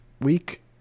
week